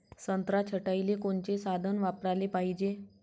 संत्रा छटाईले कोनचे साधन वापराले पाहिजे?